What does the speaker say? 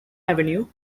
avenue